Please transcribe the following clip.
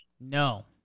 No